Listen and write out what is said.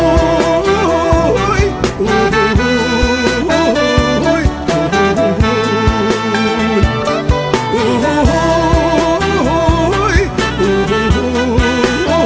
whoa whoa whoa whoa whoa whoa whoa whoa w